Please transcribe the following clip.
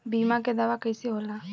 बीमा के दावा कईसे होला?